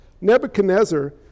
Nebuchadnezzar